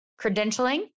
credentialing